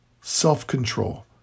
self-control